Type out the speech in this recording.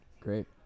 Great